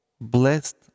blessed